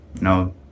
no